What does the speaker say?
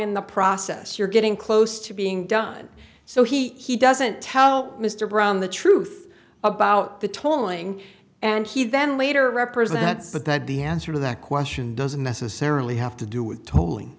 in the process you're getting close to being done so he doesn't tell mr brown the truth about the tolling and he then later represents but that the answer to that question doesn't necessarily have to do with to